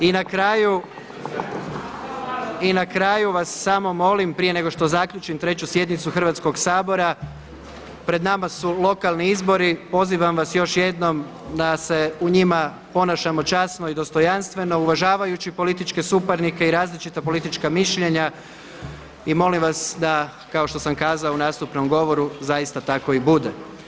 I na kraju vas samo molim prije nego što zaključim 3. sjednicu Hrvatskog sabora, pred nama su lokalni izbori, pozivam vas još jednom da se u njima ponašamo časno i dostojanstvo uvažavajući političke suparnike i različita politička mišljenja i molim vas da kao što sam kazao u nastupnom govoru zaista tako i bude.